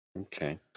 okay